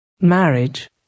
Marriage